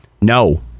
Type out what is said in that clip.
No